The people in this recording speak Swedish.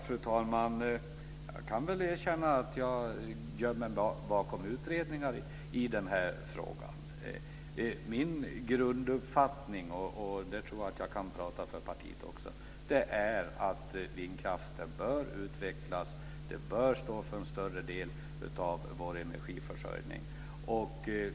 Fru talman! Jag kan väl erkänna att jag gömmer mig bakom utredningar i den här frågan. Min grunduppfattning - och därvidlag tror jag att jag också talar för partiet - är att vindkraften bör utvecklas och stå för en större del av vår energiförsörjning.